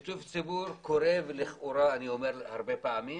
שיתוף ציבור קורה ולכאורה, אני אומר הרבה פעמים